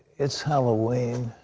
it's halloween.